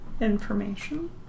information